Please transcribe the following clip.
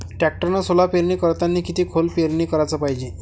टॅक्टरनं सोला पेरनी करतांनी किती खोल पेरनी कराच पायजे?